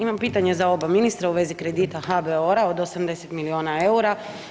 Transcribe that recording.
Imam pitanje za oba ministra u vezi kredita HBOR-a od 80 milijuna eura.